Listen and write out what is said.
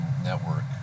network